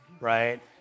right